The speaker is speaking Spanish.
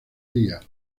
día